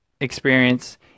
experience